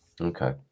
Okay